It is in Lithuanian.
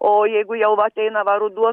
o jeigu jau ateina va ruduo